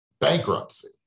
bankruptcy